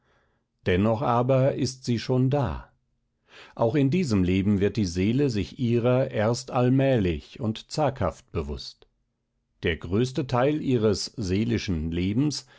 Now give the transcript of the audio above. dennoch aber ist sie schon da auch in diesem leben wird die seele sich ihrer erst allmählich und zaghaft bewußt der größte teil ihres seelischen lebens